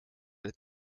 its